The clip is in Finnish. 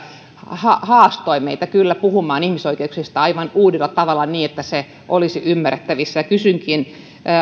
haastoi meitä kyllä puhumaan ihmisoikeuksista aivan uudella tavalla niin että se olisi ymmärrettävissä kysynkin